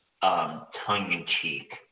tongue-in-cheek